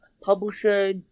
publisher